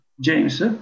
James